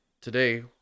today